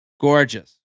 Gorgeous